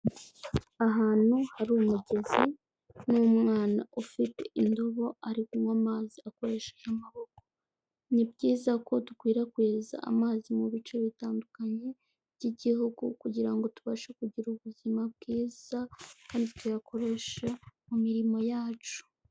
Ahantu hari umugezi n'umwana ufite indobo ari kunywa amazi akoresheje amaboko. Ni byiza ko dukwirakwiza amazi mu bice bitandukanye by'igihugu kugirango ngo tubashe kugira ubuzima bwiza kandi tuyakoreshe mu mirimo yacu.